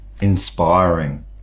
inspiring